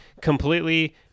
completely